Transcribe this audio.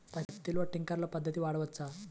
పత్తిలో ట్వింక్లర్ పద్ధతి వాడవచ్చా?